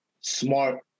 smart